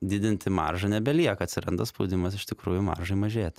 didinti maržą nebelieka atsiranda spaudimas iš tikrųjų maržai mažėt